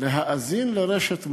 להאזין לרשת "מורשת".